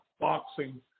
boxing